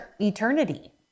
eternity